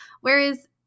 Whereas